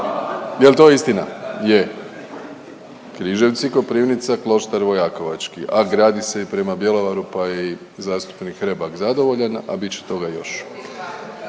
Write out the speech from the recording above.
jel to istina? Je. Križevci-Koprivnica-Kloštar Vojakovački, a gradi se i prema Bjelovaru, pa je i zastupnik Hrebak zadovoljan, a bit će toga još.